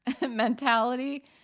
mentality